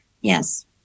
Yes